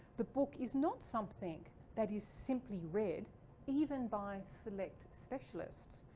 the book is not something that is simply read even by select specialists,